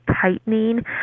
tightening